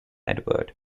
edward